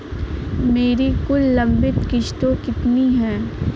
मेरी कुल लंबित किश्तों कितनी हैं?